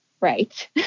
Right